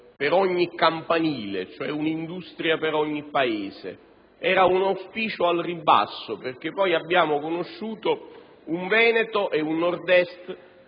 per ogni campanile, cioè un'industria per ogni Paese. Era un auspicio al ribasso dal momento che poi abbiamo conosciuto un Veneto e un Nord-Est